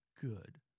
Good